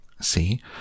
See